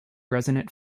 resonant